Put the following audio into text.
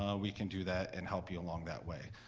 um we can do that and help you along that way.